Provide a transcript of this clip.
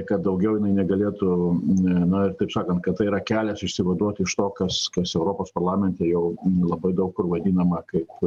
kad daugiau jinai negalėtų na ir taip sakant kad tai yra kelias išsivaduoti iš to kas kas europos parlamente jau labai daug kur vadinama kaip